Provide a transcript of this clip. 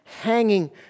hanging